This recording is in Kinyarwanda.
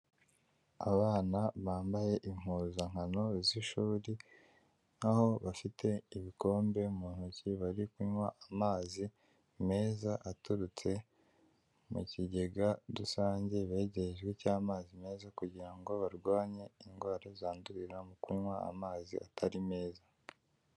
Abana bambaye impuzankano z'ishuri aho bafite ibikombe mu ntoki, bari kunywa amazi meza aturutse mu kigega rusange begerejwe cy'amazi meza kugira ngo barwanye indwara zandurira mu kunywa amazi atari meza.